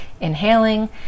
inhaling